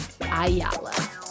Ayala